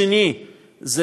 השנייה,